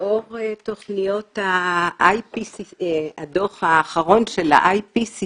לאור הדוח האחרון של ה-IPCC